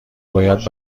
باید